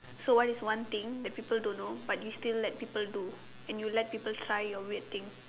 so what is one thing that people don't know but you still let people do and you let people try your weird thing